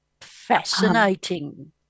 Fascinating